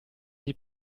dei